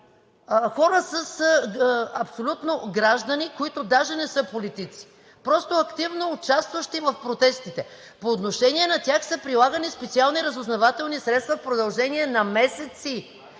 пиар – граждани, които даже не са политици, просто активно участващи в протестите. По отношение на тях са прилагани специални разузнавателни средства в продължение на месеци